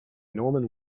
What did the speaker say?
norman